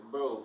Bro